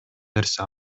нерсе